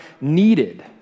needed